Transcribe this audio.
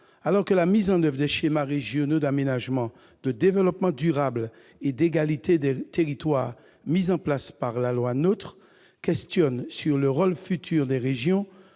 Alors que la mise en oeuvre des schémas régionaux d'aménagement, de développement durable et d'égalité des territoires mis en place par la loi NOTRe suscite des interrogations sur le rôle futur des régions,